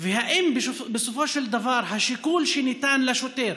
ואם בסופו של דבר השיקול שניתן לשוטר